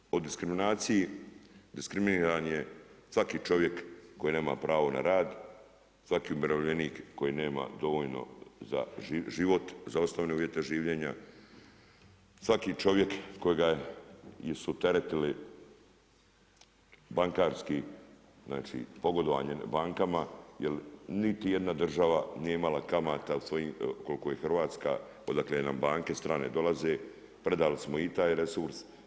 Kada govorim o diskriminaciji, diskriminiran je svaki čovjek koji nema pravo na rad, svaki umirovljenik koji nema dovoljno za život, za osnovne uvjete življenja, svaki čovjek kojega su teretili bankarski znači, pogodovanje bankama jer niti jedna država nije imala kamata koliko je Hrvatska odakle nam banke strane dolaze, predali smo i taj resurs.